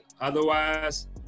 otherwise